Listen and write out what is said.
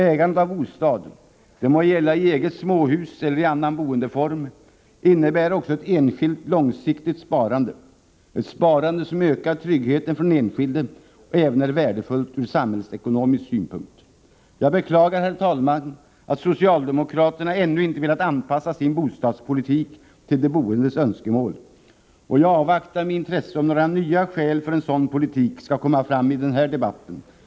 Ägandet av bostad — det må gälla ett eget småhus eller en annan boendeform — innebär också ett enskilt, långsiktigt sparande; ett sparande som ökar tryggheten för den enskilde och även är värdefullt ur samhällsekonomisk synpunkt. Jag beklagar, herr talman, att socialdemokraterna ännu inte velat anpassa sin bostadspolitik till de boendes önskemål. Jag avvaktar med intresse om några nya skäl för en sådan politik som socialdemokraterna driver skall komma fram i den här debatten.